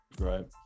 Right